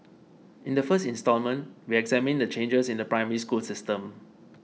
in the first installment we examine the changes in the Primary School system